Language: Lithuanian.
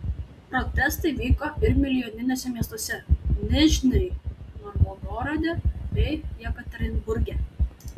protestai vyko ir milijoniniuose miestuose nižnij novgorode bei jekaterinburge